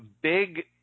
big